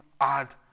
add